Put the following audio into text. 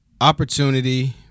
opportunity